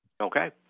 Okay